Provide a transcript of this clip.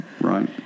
right